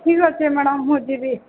ଠିକ୍ ଅଛେ ମ୍ୟାଡ଼ାମ୍ ମୁଁ ଯିବି